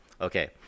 Okay